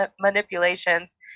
manipulations